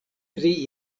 tri